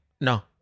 No